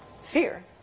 Fear